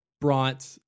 brought